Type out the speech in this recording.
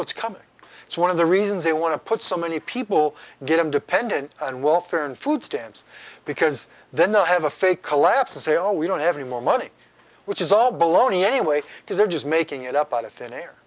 what's coming so one of the reasons they want to put so many people get them dependent on welfare and food stamps because then they'll have a fake collapse and say oh we don't have any more money which is all baloney anyway because they're just making it up out of thin air